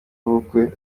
w’ubukwe